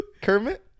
Kermit